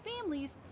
families